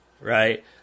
right